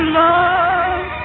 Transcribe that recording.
love